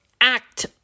act